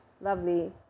lovely